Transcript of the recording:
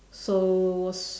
so